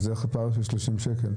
אז איך פער של 30 שקל?